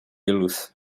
los